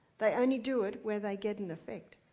they only do it where they get an effect.